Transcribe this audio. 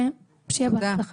שיהיה בהצלחה.